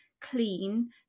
clean